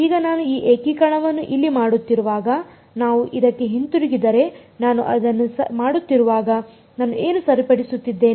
ಈಗ ನಾನು ಈ ಏಕೀಕರಣವನ್ನು ಇಲ್ಲಿ ಮಾಡುತ್ತಿರುವಾಗ ನಾವು ಇದಕ್ಕೆ ಹಿಂತಿರುಗಿದರೆ ನಾನು ಇದನ್ನು ಮಾಡುತ್ತಿರುವಾಗ ನಾನು ಏನು ಸರಿಪಡಿಸುತ್ತಿದ್ದೇನೆ